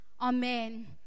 Amen